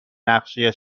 نقشه